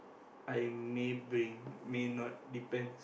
I may bring may not depends